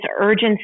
urgency